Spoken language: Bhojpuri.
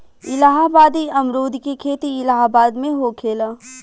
इलाहाबादी अमरुद के खेती इलाहाबाद में होखेला